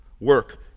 Work